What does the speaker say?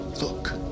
Look